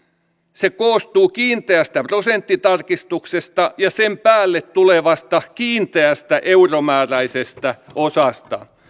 se koostuu kiinteästä prosenttitarkistuksesta ja sen päälle tulevasta kiinteästä euromääräisestä osasta